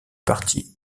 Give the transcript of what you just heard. partie